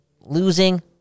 losing